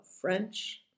French